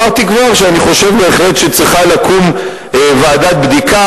אמרתי כבר שאני חושב בהחלט שצריכה לקום ועדת בדיקה.